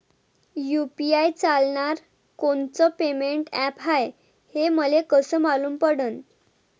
UPI चालणारं कोनचं payment app हाय, हे मले कस मालूम पडन?